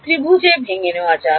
ছাত্র ত্রিভুজে ভেঙে নেওয়া যাক